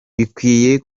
bikwiye